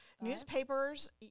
newspapers